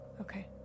Okay